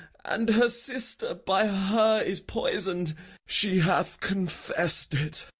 and her sister by her is poisoned she hath confess'd it.